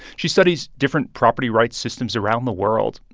she studies different property rights systems around the world.